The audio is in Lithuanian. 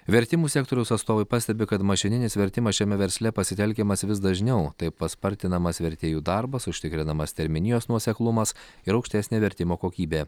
vertimų sektoriaus atstovai pastebi kad mašininis vertimas šiame versle pasitelkiamas vis dažniau taip paspartinamas vertėjų darbas užtikrinamas terminijos nuoseklumas ir aukštesnė vertimo kokybė